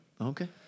Okay